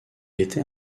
était